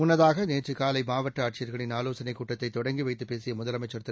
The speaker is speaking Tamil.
முன்னதாக நேற்று காலை மாவட்ட ஆட்சியர்களின் ஆலோசனை கூட்டத்தை தொடங்கி வைத்து பேசிய முதலமைச்ச் திரு